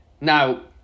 Now